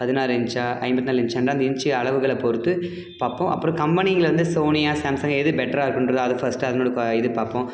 பதினாறு இன்ச்சா ஐம்பத்தி நாலு இன்ச்சா ஏனால் அந்த இன்ச் அளவுகளை பொறுத்து பார்ப்போம் அப்புறம் கம்பெனிலிருந்து வந்து சோனியா சாம்சேங் எது பெட்டராக இருக்கும்ன்றதை அதை ஃபஸ்ட்டு அதனோடய இது பார்ப்போம்